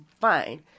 fine